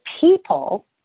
people